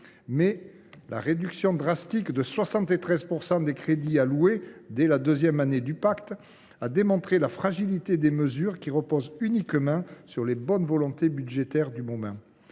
Mais la réduction drastique de 73 % des crédits alloués à ce pacte, et ce dès sa deuxième année d’existence, a démontré la fragilité de mesures qui reposent uniquement sur la bonne volonté budgétaire du moment.